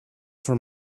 for